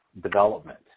development